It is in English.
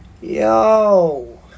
Yo